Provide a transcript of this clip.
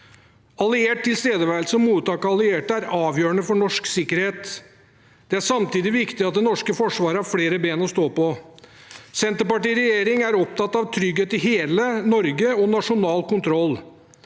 Alliert tilstedeværelse og mottak av allierte er avgjørende for norsk sikkerhet. Det er samtidig viktig at det norske forsvaret har flere bein å stå på. Senterpartiet i regjering er opptatt av trygghet i hele Norge og nasjonal kontroll.